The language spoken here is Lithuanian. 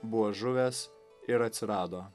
buvo žuvęs ir atsirado